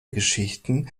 geschichten